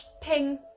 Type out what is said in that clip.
Ping